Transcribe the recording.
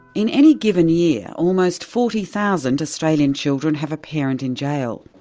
in any given year, almost forty thousand australian children have a parent in jail.